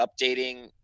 updating